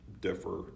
differ